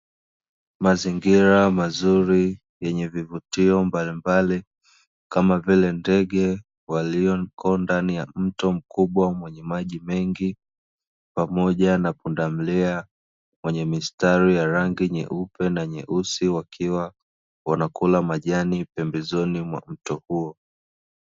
Mazingira mazuri yenye vivutio mbalimbali, kama vile ndege walioko ndani ya mto mkubwa wenye maji mengi, pamoja na pundamilia wenye mistari ya rangi nyeupe na nyeusi, wakiwa wanakula majani pembezoni mwa mto huo.